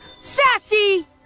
Sassy